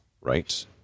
right